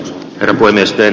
tervo nesteen